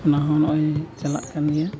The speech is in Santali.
ᱚᱱᱟᱦᱚᱸ ᱱᱚᱜᱼᱚᱭ ᱪᱟᱞᱟᱜ ᱠᱟᱱ ᱜᱮᱭᱟ